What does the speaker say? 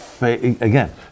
Again